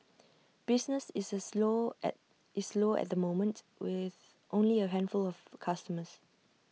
business is slow at is slow at the moment with only A handful of customers